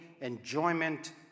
enjoyment